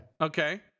Okay